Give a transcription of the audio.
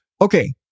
okay